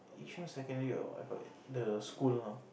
Yishun secondary or whatever the school loh